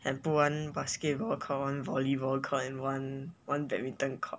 can put one basketball court one volleyball court one badminton court